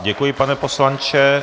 Děkuji, pane poslanče.